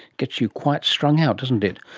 gets you quite strung out, doesn't it?